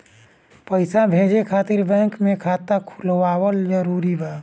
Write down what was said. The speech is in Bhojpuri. पईसा भेजे खातिर बैंक मे खाता खुलवाअल जरूरी बा?